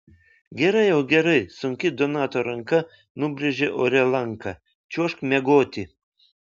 gerai jau gerai sunki donato ranka nubrėžė ore lanką čiuožk miegoti